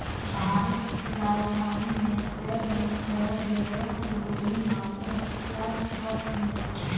भारत की राजधानी में अप्रैल मे छह बिल्डरों की गोली मारकर हत्या कर दी है